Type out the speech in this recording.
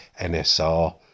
NSR